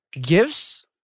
Gifts